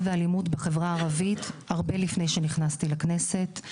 ואלימות בחברה הערבית הרבה לפני שנכנסתי לכנסת.